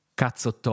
cazzo